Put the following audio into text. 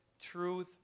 truth